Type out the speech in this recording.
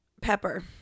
Pepper